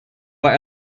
war